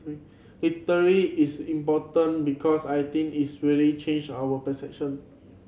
is important because I think it's really change our perception